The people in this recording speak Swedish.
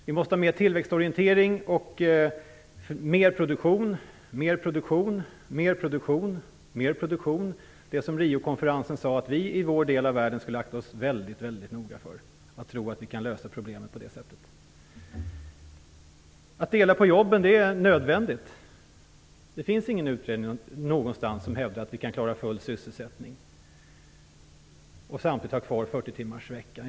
Vi måste har mer tillväxtorientering och mer produktion, mer produktion, mer produktion osv. Under Riokonferensen sades det ju att vi i vår del av världen skulle akta oss väldigt noga för att tro att vi kan lösa problem på det sättet. Att dela på jobben är nödvändigt. Det finns ingen utredning som hävdar att vi kan klara full sysselsättning och samtidigt ha kvar 40-timmarsveckan.